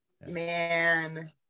man